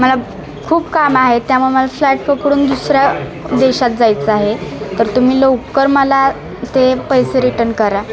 मला खूप काम आहे त्यामुळे मला फ्लॅट पकडून दुसऱ्या देशात जायचं आहे तर तुम्ही लवकर मला ते पैसे रिटर्न करा